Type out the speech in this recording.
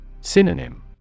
Synonym